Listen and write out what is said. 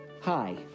Hi